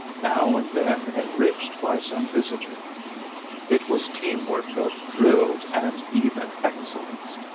now and then enriched by some visitor it was teamwork of drilled and even excellence,